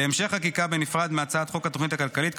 להמשך חקיקה בנפרד מהצעת חוק התוכנית הכלכלית,